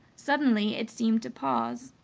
suddenly it seemed to pause.